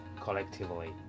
collectively